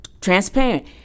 transparent